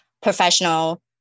professional